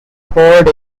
poured